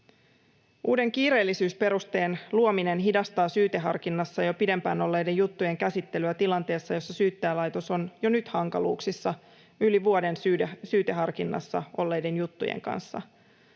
Uuden kiireellisyysperusteen luominen hidastaa syyteharkinnassa jo pidempään olleiden juttujen käsittelyä tilanteessa, jossa Syyttäjälaitos on jo nyt hankaluuksissa yli vuoden syyteharkinnassa olleiden juttujen kanssa.